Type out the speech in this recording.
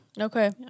Okay